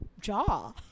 jaw